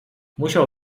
musiał